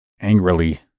angrily